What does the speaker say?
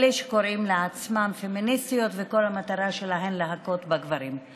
אלו שקוראים לעצמם פמיניסטיות וכל המטרה שלהן היא להכות בגברים.